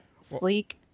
Sleek